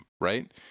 right